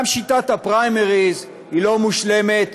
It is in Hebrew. גם שיטת הפריימריז היא לא מושלמת,